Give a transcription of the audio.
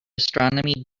astronomy